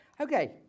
Okay